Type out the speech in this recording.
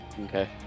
okay